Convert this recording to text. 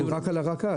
רק על הרכ"ל.